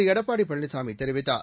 எடப்பாடி பழனிசாமி தெரிவித்தார்